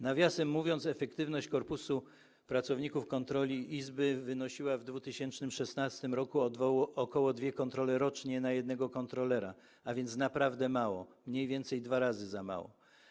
Nawiasem mówiąc, efektywność korpusu pracowników kontroli izby wynosiła w 2016 r. ok. dwóch kontroli rocznie na jednego kontrolera, a więc naprawdę mało, mniej więcej dwa razy za mało.